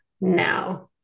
now